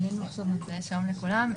שלום לכולם.